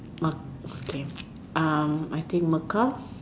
Ma~ okay um I think Mecca